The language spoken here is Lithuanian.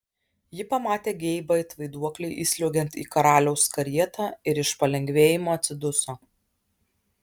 ji pamatė geibą it vaiduoklį įsliuogiant į karaliaus karietą ir iš palengvėjimo atsiduso